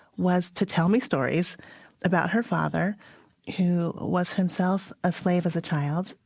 was to tell me stories about her father who was himself a slave as a child,